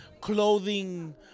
clothing